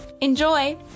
Enjoy